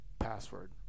password